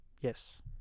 Yes